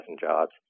jobs